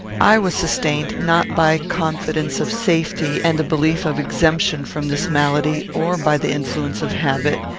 i was sustained, not by confidence of safety, and a belief of exemption from this malady, or by the influence of habit,